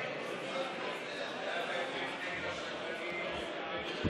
ההסתייגות (64) של קבוצת סיעת הליכוד,